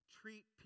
treat